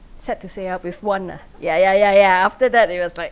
sad to say ah with one ah ya ya ya ya after that it was like